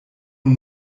nun